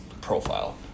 profile